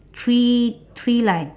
three three like